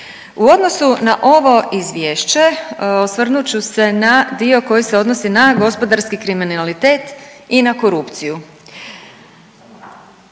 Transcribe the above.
U odnosu na ovo izvješće osvrnut ću se na dio koji se odnosi na gospodarski kriminalitet i na korupciju.